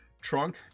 trunk